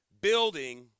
building